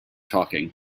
talking